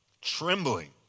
trembling